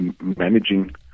managing